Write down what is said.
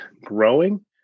growing